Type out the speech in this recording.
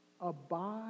abide